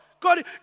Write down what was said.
God